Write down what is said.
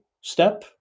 step